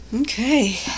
Okay